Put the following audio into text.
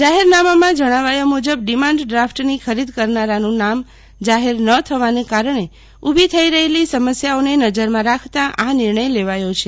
જાહેરનામામાં જણાવ્યું મુજબ ડીમાન્ડ ડ્રાફટની ખરીદ કરનારાનું નામ જાહેર ન થવાને કારણે ઉભી થઈ રહેલી સમસ્યાઓન નજરમાં રાખતાં આ નિર્ણય લેવાયો છે